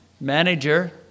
manager